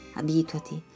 abituati